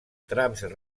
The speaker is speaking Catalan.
trams